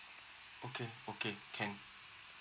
okay okay can